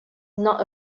not